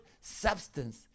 substance